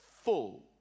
full